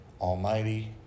almighty